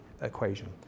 equation